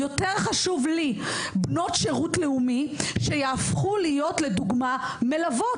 יותר חשוב לי בנות שירות לאומי שיהפכו להיות לדוגמה מלוות,